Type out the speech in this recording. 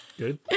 Good